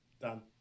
Done